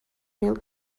mil